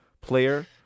player